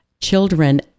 children